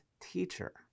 teacher